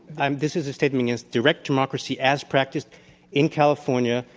i'm this is a statement against direct democracy as practiced in california,